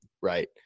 Right